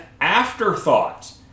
afterthought